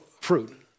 fruit